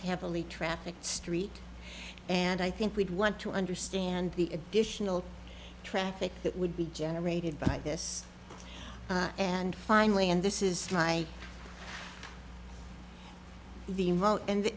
heavily trafficked street and i think we'd want to understand the additional traffic that would be generated by this and finally and this is why the